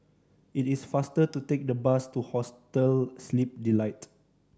it is faster to take the bus to Hostel Sleep Delight